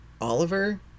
Oliver